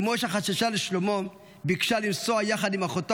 אימו שחששה לשלומו ביקשה לנסוע יחד עם אחותו